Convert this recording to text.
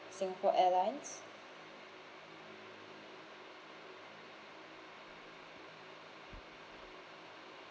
Singapore Airlines